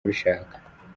babishaka